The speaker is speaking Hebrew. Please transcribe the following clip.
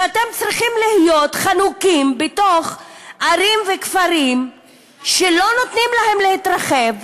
שאתם צריכים להיות חנוקים בתוך ערים וכפרים שלא נותנים להם להתרחב,